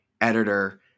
editor